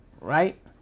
right